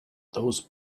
those